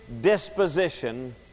disposition